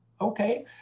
Okay